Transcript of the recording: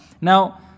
Now